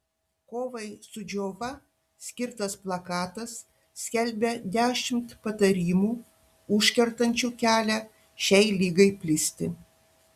kovai su džiova skirtas plakatas skelbia dešimt patarimų užkertančių kelią šiai ligai plisti